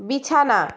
বিছানা